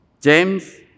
James